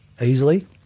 easily